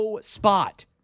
spot